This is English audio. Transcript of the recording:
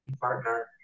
partner